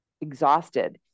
exhausted